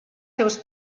seus